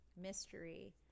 mystery